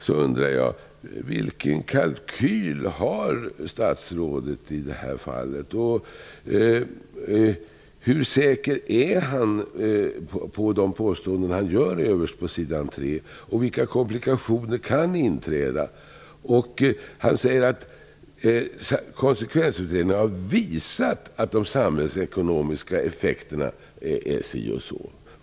Jag undrar: Vilken kalkyl har statsrådet i det här fallet? Hur säker är han på de påståenden han gör överst på s.3 i interpellationssvaret? Vilka komplikationer kan inträda? Han säger att konsekvensutredningen har visat att de samhällsekonomiska effekterna är si och så.